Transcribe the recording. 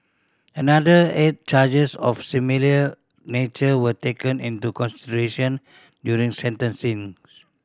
another eight charges of similar nature were taken into consideration during sentencings